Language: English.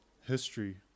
history